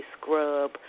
scrub